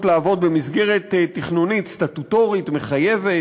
לעבוד במסגרת תכנונית סטטוטורית מחייבת,